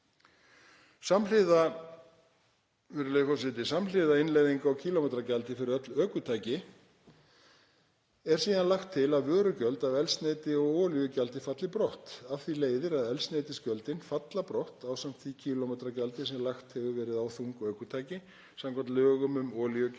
Samhliða innleiðingu á kílómetragjaldi fyrir öll ökutæki er síðan lagt til að vörugjöld af eldsneyti og olíugjaldi falli brott. Af því leiðir að eldsneytisgjöldin falla brott ásamt því kílómetragjaldi sem lagt hefur verið á þungu ökutæki samkvæmt lögum um olíugjald